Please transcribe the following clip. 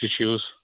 issues